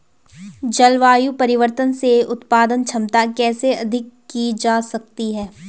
जलवायु परिवर्तन से उत्पादन क्षमता कैसे अधिक की जा सकती है?